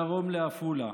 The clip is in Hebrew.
מדרום לעפולה,